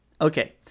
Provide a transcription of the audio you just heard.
Okay